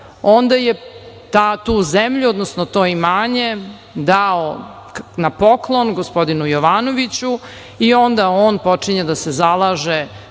onda je tu zemlju, odnosno to imanje dao na poklon gospodinu Jovanoviću i onda on počinje da se zalaže